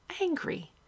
Angry